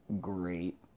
great